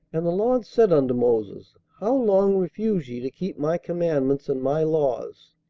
and the lord said unto moses, how long refuse ye to keep my commandments and my laws?